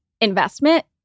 investment